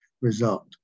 result